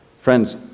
Friends